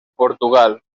portugal